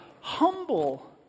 humble